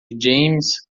james